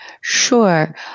Sure